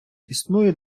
існує